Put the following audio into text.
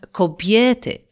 kobiety